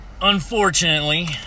unfortunately